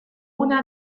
una